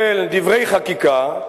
של דברי חקיקה,